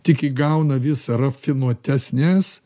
tik įgauna vis rafinuotesnes